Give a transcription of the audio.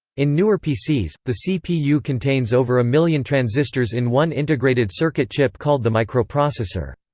in newer pcs, the cpu contains over a million transistors in one integrated circuit chip called the microprocessor.